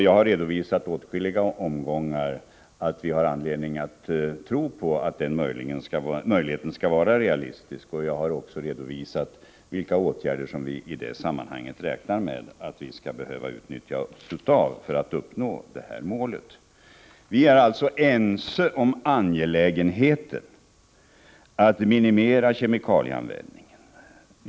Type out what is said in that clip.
Jag har redovisat i åtskilliga omgångar att vi har anledning att tro på att den möjligheten skulle vara realistisk, och jag har också redovisat vilka åtgärder som vi räknar med att vi skall behöva utnyttja för att nå det målet. Vi är alltså ense om angelägenheten av att minimera kemikalieanvändningen.